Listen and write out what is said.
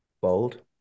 bold